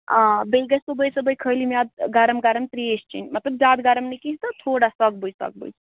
آ بیٚیہِ گژھِ صُبحٲے صُبحٲے خٲلی میٛادٕ گَرم گَرم ترٛیش چیٚنۍ مطلب زیادٕ گرٕم نہٕ کینٛہہ تہٕ تھوڑا سۄکہٕ بٔج سۄکہٕ بٔج